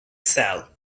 cell